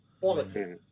Quality